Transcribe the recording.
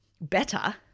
better